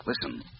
Listen